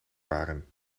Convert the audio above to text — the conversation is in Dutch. waren